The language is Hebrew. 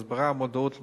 הסברה ומודעות לציבור,